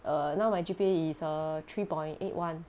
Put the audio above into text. err now my G_P_A is err three point eight one